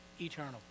eternal